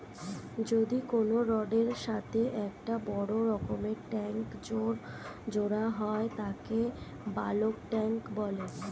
যদি কোনো রডের এর সাথে একটা বড় রকমের ট্যাংক জোড়া হয় তাকে বালক ট্যাঁক বলে